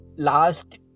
last